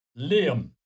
Liam